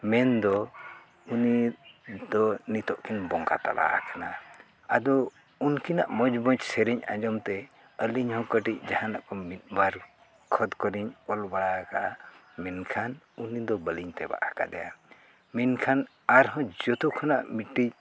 ᱢᱮᱱ ᱫᱚ ᱩᱱᱤ ᱫᱚ ᱱᱤᱛᱳᱜ ᱠᱤᱱ ᱵᱚᱸᱜᱟ ᱛᱟᱞᱟ ᱟᱠᱟᱱᱟ ᱟᱫᱚ ᱩᱱᱠᱤᱱᱟᱜ ᱢᱚᱡᱽ ᱢᱚᱡᱽ ᱥᱮᱨᱮᱧ ᱟᱸᱡᱚᱢ ᱛᱮ ᱟᱹᱞᱤᱧ ᱦᱚᱸ ᱠᱟᱹᱴᱤᱡ ᱡᱟᱦᱟᱱᱟᱜ ᱠᱚ ᱢᱤᱫ ᱵᱟᱨ ᱠᱷᱚᱛ ᱠᱚᱞᱤᱧ ᱚᱞ ᱵᱟᱲᱟ ᱟᱠᱟᱫᱼᱟ ᱢᱮᱱᱠᱷᱟᱱ ᱩᱱᱤ ᱫᱚ ᱵᱟᱞᱤᱧ ᱛᱮᱵᱟᱜ ᱟᱠᱟᱫᱮᱭᱟ ᱢᱮᱱᱠᱷᱟᱱ ᱟᱨᱦᱚᱸ ᱡᱚᱛᱚ ᱠᱷᱚᱱᱟᱜ ᱢᱤᱫᱴᱤᱡ